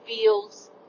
feels